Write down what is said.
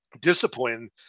discipline